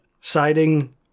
siding